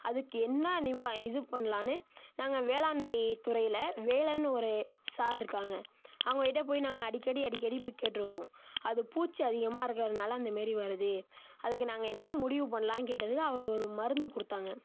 அதுக்கு என்ன நிவா இது பண்ணலானு நாங்கள் வேளாண்மைத்துறையில் வேலன்னு ஒரு சார்ருக்காங்க அவங்கக்கிட்ட போய் நாங்கள் அடிக்கடி அடிக்கடி போய் கேட்டு வருவோம் அது பூச்சி அதிகமாக இருக்கறதுனால அந்தமாரி வருது அதுக்கு நாங்கள் என்ன முடிவு பண்ணலானு கேட்டதுக்கு அவரு ஒரு மருந்து கொடுத்தாங்க